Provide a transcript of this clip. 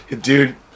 dude